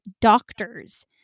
doctors